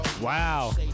Wow